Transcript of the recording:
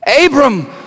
Abram